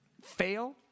fail